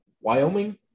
Wyoming